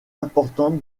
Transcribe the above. importante